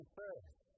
first